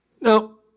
Now